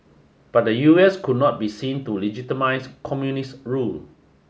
but the U S could not be seen to legitimize communist rule